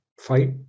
fight